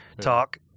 talk